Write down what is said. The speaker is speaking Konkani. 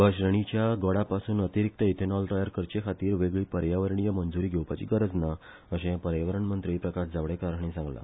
ब श्रेणीच्या गोडापासून अतिरिक्त इथेनॉल तयार करचेखातीर वेगळी पर्यावरणीय मंजूरी घेवपाची गरज ना अशें पर्यावरण मंत्री प्रकाश जावडेकर हाणी सांगला